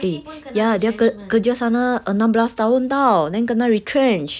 eh ya dia ke~ dia kerja sana enam belas tahun tahu then kena retrenched